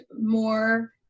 more